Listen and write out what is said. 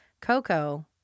Coco